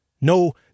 no